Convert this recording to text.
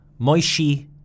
Moishi